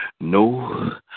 No